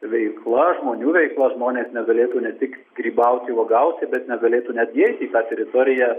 veikla žmonių veikla žmonės negalėtų ne tik grybauti uogauti bet negalėtų netgi įeiti į tą teritoriją